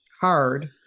hard